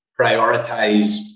prioritize